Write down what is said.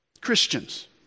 Christians